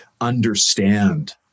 understand